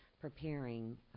preparing